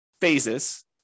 phases